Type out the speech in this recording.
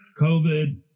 covid